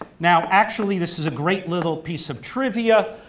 now actually this is a great little piece of trivia,